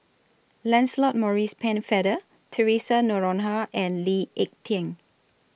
Lancelot Maurice Pennefather Theresa Noronha and Lee Ek Tieng